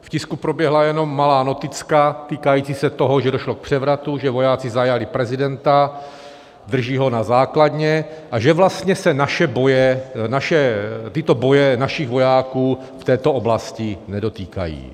V tisku proběhla jenom malá noticka týkající se toho, že došlo k převratu, že vojáci zajali prezidenta, drží ho na základně a že vlastně tyto boje se našich vojáků v této oblasti nedotýkají.